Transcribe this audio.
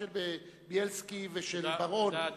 הוא אומר עכשיו את דעתו, ומציע הצעה בסופה.